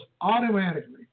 automatically